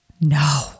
No